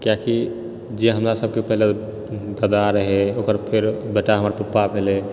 किआकि जे हमरा सबकेँ पहिलऽ दादा रहै ओकर फेर बेटा हमर पापा भेलै